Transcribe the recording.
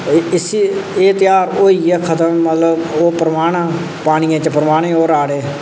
इसी एह् तेहार होई गेआ खत्म मतलब ओह् परबाह्ना पानिये च परबाह्ने ओह् राह्ड़े